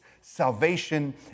salvation